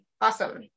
Awesome